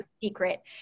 secret